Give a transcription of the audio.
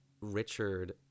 Richard